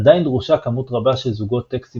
עדיין דרושה כמות רבה של זוגות טקסטים